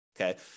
okay